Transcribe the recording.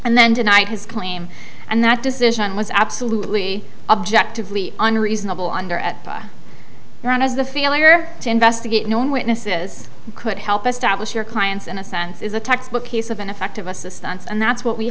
and then denied his claim and that decision was absolutely objectively unreasonable under at their own eyes the failure to investigate known witnesses could help establish your client's in a sense is a textbook case of ineffective assistance and that's what we